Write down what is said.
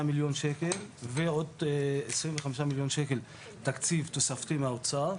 מיליון שקל ועוד עשרים וחמישה מיליון שקל תקציב תוספתי מהאוצר.